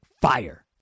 FIRE